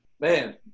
man